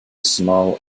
small